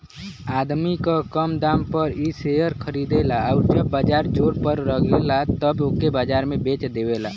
आदमी कम दाम पर इ शेअर खरीदेला आउर जब बाजार जोर पर रहेला तब ओके बाजार में बेच देवेला